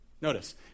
notice